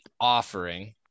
offering